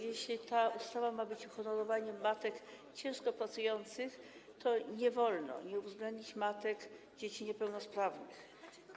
Jeśli ta ustawa ma być uhonorowaniem matek ciężko pracujących, to nie wolno nie uwzględnić matek dzieci niepełnosprawnych.